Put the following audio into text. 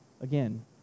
Again